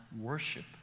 worship